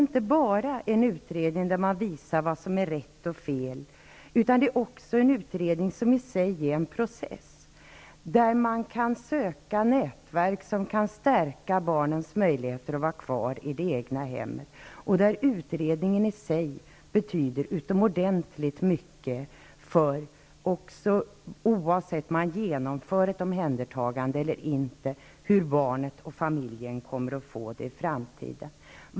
Den visar inte bara vad som är rätt och fel, utan den är också en process, där man kan söka nätverk som kan stärka barnets möjligheter att vara kvar i det egna hemmet. Utredningen betyder utomordentligt mycket, oavsett man gör ett omhändertagande eller inte, för hur barnet och familjen kommer att få det i framtiden.